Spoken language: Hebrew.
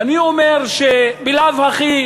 ואני אומר שבלאו הכי